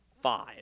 five